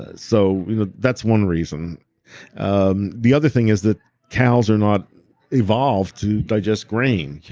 ah so you know that's one reason um the other thing is that cows are not evolved to digest grain.